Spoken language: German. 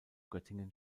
göttingen